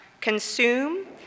consume